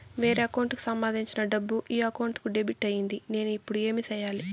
వేరే అకౌంట్ కు సంబంధించిన డబ్బు ఈ అకౌంట్ కు డెబిట్ అయింది నేను ఇప్పుడు ఏమి సేయాలి